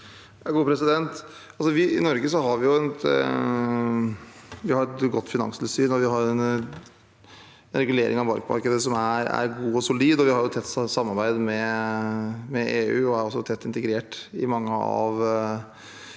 I Norge har vi et godt finanstilsyn, vi har en regulering av bankmarkedet som er god og solid, og vi har tett samarbeid med EU. Vi er også tett integrert i mye av